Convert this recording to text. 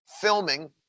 filming